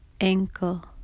ankle